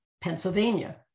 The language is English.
Pennsylvania